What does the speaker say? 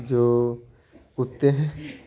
जो कुत्ते